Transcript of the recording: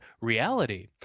reality